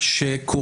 שהם שונים אגב,